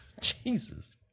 Jesus